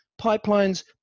Pipelines